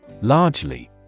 Largely